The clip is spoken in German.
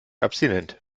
abstinent